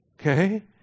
Okay